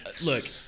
look